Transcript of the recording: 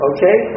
Okay